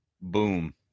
boom